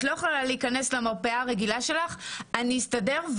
את לא יכולה להיכנס למרפאה הרגילה שלך - אני אסתדר,